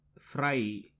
fry